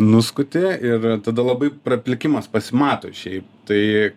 nuskuti ir tada labai praplikimas pasimato šiaip tai